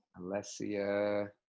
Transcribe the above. Alessia